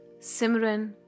Simran